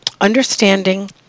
understanding